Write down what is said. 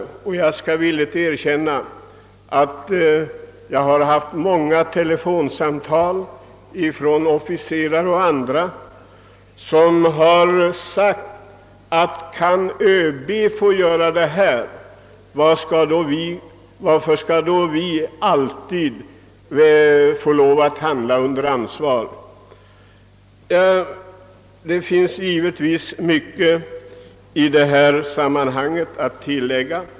Jag har fått många telefonsamtal från officerare och andra som frågat: »Om ÖB kan få göra på detta sätt, varför skall då vi andra alltid vara tvungna att handla under ansvar?» Det skulle finnas mycket att tillägga, herr talman.